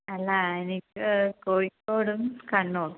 അല്ല എനിക്ക് കോഴിക്കോടും കണ്ണൂർ